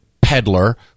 peddler